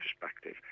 perspective